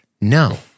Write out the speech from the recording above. No